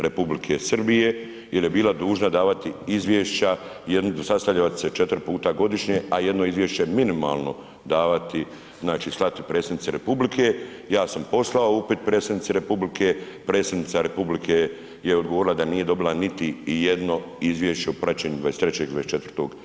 Republike Srbije jer je bila dužna davati izvješća, jedni sastajati se 4 puta godišnje, a jedno izvješće minimalno davati znači slati predsjednici republike, ja sam poslao upit predsjednici republike, predsjednica republike je odgovorila da nije dobila niti jedno izvješće o praćenju 23. i 24.